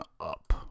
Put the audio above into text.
up